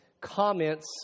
comments